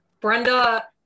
brenda